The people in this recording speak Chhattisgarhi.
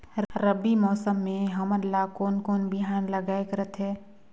रबी मौसम मे हमन ला कोन कोन बिहान लगायेक रथे?